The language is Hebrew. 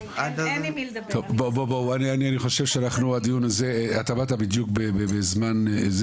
טוב, אתה באת בדיוק בזמן,